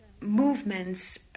movements